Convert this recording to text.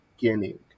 beginning